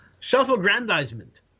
self-aggrandizement